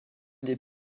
des